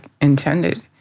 intended